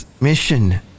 mission